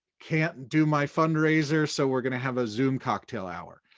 can't do my fundraiser so we're gonna have a zoom cocktail hour.